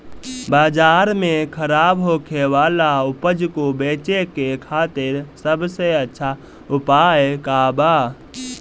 बाजार में खराब होखे वाला उपज को बेचे के खातिर सबसे अच्छा उपाय का बा?